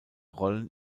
rollen